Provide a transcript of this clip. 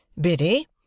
Biddy